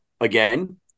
again